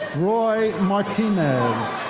roy martinez.